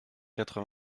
quatre